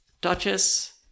Duchess